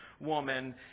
woman